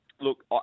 Look